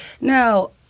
Now